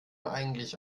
eigentlich